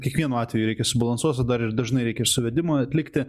kiekvienu atveju reikia subalansuot o dar ir dažnai reikia ir suvedimą atlikti